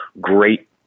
great